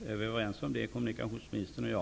Är vi överens om det, kommunikationsministern och jag?